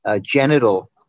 genital